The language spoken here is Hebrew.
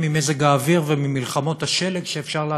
ממזג האוויר וממלחמות השלג שאפשר לעשות.